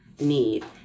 need